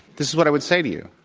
this is what i would say to you.